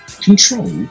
control